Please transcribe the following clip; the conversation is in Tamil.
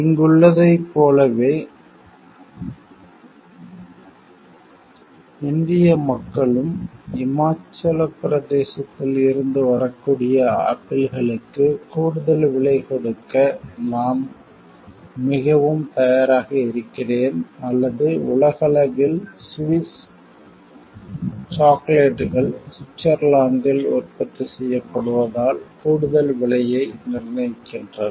இங்குள்ளதைப் போலவே இந்திய மக்களும் இமாச்சலப் பிரதேசத்தில் இருந்து வரக்கூடிய ஆப்பிள்களுக்கு கூடுதல் விலை கொடுக்க நான் மிகவும் தயாராக இருக்கிறேன் அல்லது உலகளவில் சுவிஸ் சாக்லேட்டுகள் சுவிட்சர்லாந்தில் உற்பத்தி செய்யப்படுவதால் கூடுதல் விலையை நிர்ணயிக்கின்றன